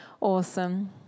Awesome